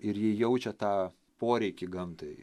ir jie jaučia tą poreikį gamtai